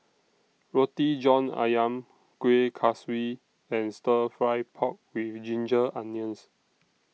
Roti John Ayam Kuih Kaswi and Stir Fry Pork with Ginger Onions